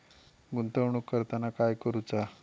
गुंतवणूक करताना काय करुचा?